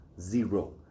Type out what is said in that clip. Zero